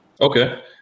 Okay